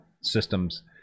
systems